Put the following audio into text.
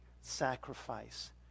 sacrifice